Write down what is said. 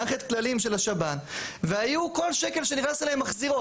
מערכת כללים של השב"ן והיו כל שקל שנכנס אליהן מחזירות.